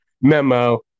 memo